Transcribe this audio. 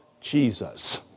Jesus